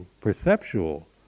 perceptual